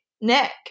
Nick